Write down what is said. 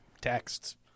texts